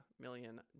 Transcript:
million